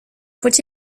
faut